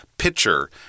pitcher